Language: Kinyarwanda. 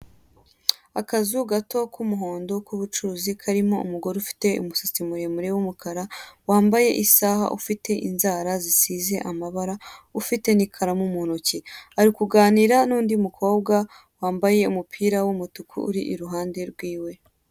Akazu gato k'umuhondo kubucuruzi karimo umugore ufite umusatsi muremure w'umukara, wambaye isaha, ufite inzara zisize amabara, ufite n'ikaramu mu ntoki. Ari kuganira n'undi mukobwa wambaye umupira w'umutuku uri iruhande rwe.